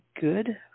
good